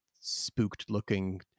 spooked-looking